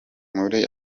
muri